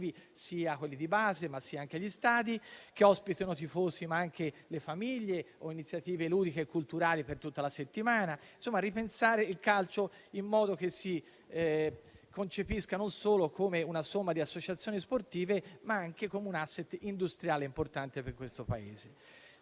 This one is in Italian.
anche per fare in modo che ospitino oltre ai tifosi anche le famiglie o iniziative ludiche e culturali per tutta la settimana. Insomma, occorre ripensare il calcio in modo che si concepisca non solo come una somma di associazioni sportive, ma anche come un *asset* industriale importante per questo Paese.